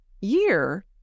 year